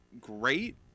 great